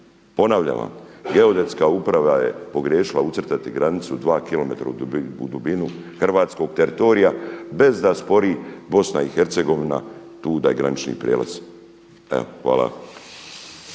Ponavljam vam, Geodetska uprava je pogriješila ucrtati granicu 2km u dubinu hrvatskog teritorija bez da spori BiH tu da je granični prijelaz. Hvala.